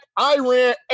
Iran